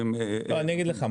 אני אגיד לך,